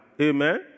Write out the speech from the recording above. Amen